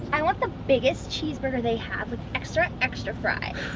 i want the biggest cheeseburger they have with extra, extra fries.